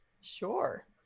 Sure